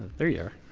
there you are.